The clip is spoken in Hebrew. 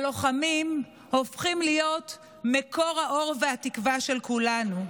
הלוחמים הופכים להיות מקור האור והתקווה של כולנו.